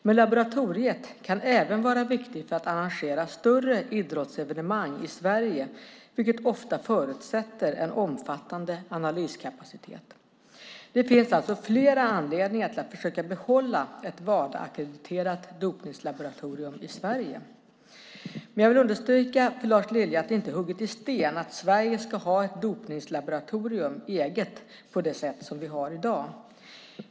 Men laboratoriet kan även vara viktigt för att arrangera större idrottsevenemang i Sverige vilket ofta förutsätter en omfattande analyskapacitet. Det finns alltså flera anledningar till att försöka behålla ett Wadaackrediterat dopningslaboratorium i Sverige. Jag vill understryka för Lars Lilja att det inte är hugget i sten att Sverige ska ha ett eget dopningslaboratorium på det sätt vi har i dag.